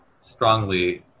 strongly